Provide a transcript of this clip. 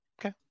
Okay